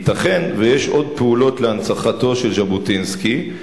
ייתכן שיש עוד פעולות להנצחתו של ז'בוטינסקי,